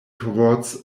towards